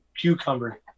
cucumber